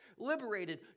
liberated